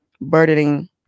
burdening